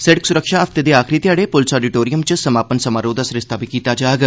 सिड़क सुरक्षा हफ्ते दे आखरी घ्याड़े पुलस आडिटोरियम च समापन समारोह दा सरिस्ता बी कीता जाग